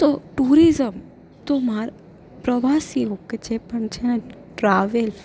તો ટુરિઝમ તો મારું પ્રવાસીઓ કે જે પણ જ્યાં ટ્રાવેલ